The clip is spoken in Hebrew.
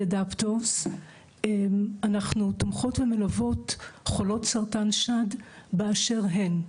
אנחנו תומכות ומלוות חולות סרטן שד באשר הן,